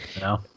No